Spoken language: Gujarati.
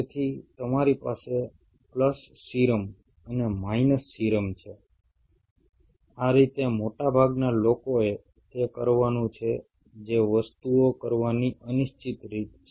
તેથી તમારી પાસે પ્લસ સીરમ અને માઇનસ સીરમ છે આ રીતે મોટાભાગના લોકોએ તે કરવાનું છે જે વસ્તુઓ કરવાની અનિશ્ચિત રીત છે